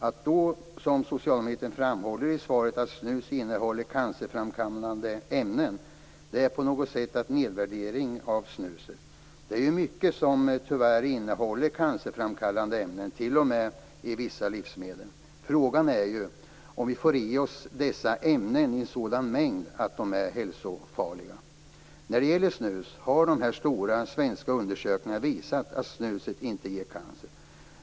Att socialministern då framhåller i svaret att snus innehåller cancerframkallande ämnen är en nedvärdering av snuset. Det är mycket som tyvärr innehåller cancerframkallande ämnen, t.o.m. vissa livsmedel. Frågan är om vi får i oss dessa ämnen i sådan mängd att de är hälsofarliga. De stora svenska undersökningarna har visat att snuset inte ger cancer.